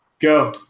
go